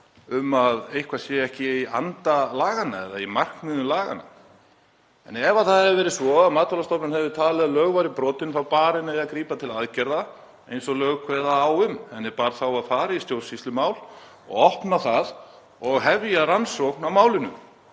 að eitthvað sé ekki í anda laganna eða í markmiðum laganna. En ef það hefði verið svo að Matvælastofnun hefði talið að lög væru brotin þá bar henni að grípa til aðgerða eins og lög kveða á um. Henni bar þá að fara í stjórnsýslumál og opna það og hefja rannsókn á málinu